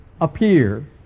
appear